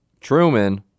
Truman